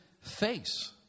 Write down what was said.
face